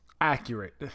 accurate